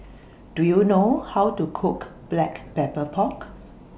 Do YOU know How to Cook Black Pepper Pork